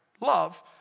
Love